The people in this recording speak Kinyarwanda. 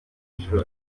ijuru